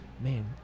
man